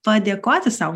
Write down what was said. padėkoti sau